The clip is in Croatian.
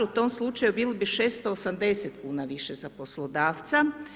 U tom slučaju bili bi 680,00 kn više za poslodavca.